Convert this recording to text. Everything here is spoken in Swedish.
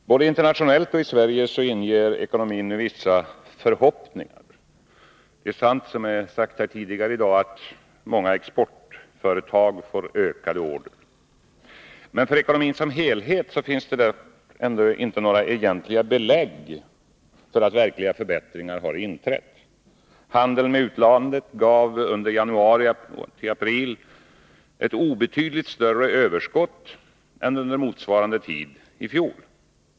Herr talman! Både internationellt och i Sverige inger ekonomin nu vissa förhoppningar. Det är sant som sagts tidigare i dag att många exportföretag får ökade order. För ekonomin som helhet finns det dock ännu inte några egentliga belägg för att verkliga förbättringar har inträtt. Handeln med utlandet gav under januari-april ett obetydligt större överskott än under motsvarande tid i fjol.